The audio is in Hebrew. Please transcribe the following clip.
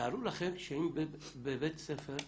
תארו לכם שאם בבית ספר מסוים,